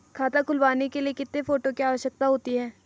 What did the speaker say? खाता खुलवाने के लिए कितने फोटो की आवश्यकता होती है?